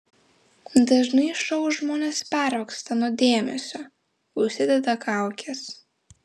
dažnai šou žmonės pervargsta nuo dėmesio užsideda kaukes